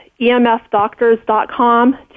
emfdoctors.com